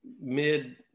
mid